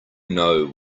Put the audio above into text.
know